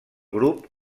grup